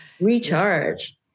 recharge